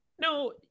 No